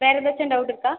வேறு ஏதாச்சும் டவுட் இருக்கா